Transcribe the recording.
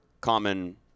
common